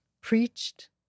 Preached